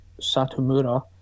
Satomura